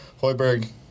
Hoiberg